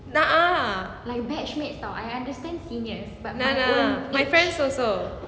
a'ah a'ah my friends also